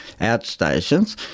outstations